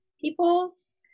peoples